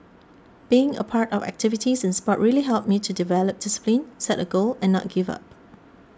being a part of activities in sport really helped me to develop discipline set a goal and not give up